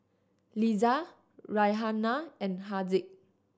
Lisa Raihana and Haziq